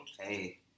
Hey